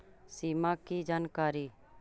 सिमा कि जानकारी?